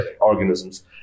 organisms